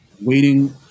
waiting